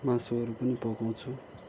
मासुहरू पनि पकाउँछु